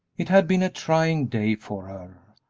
it had been a trying day for her.